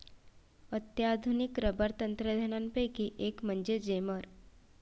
अत्याधुनिक रबर तंत्रज्ञानापैकी एक म्हणजे जेमर